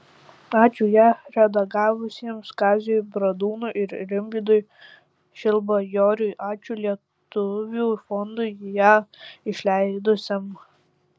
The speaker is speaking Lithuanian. ačiū ją redagavusiems kaziui bradūnui ir rimvydui šilbajoriui ačiū lietuvių fondui ją išleidusiam